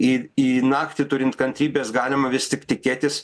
į į naktį turint kantrybės galima vis tik tikėtis